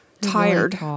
tired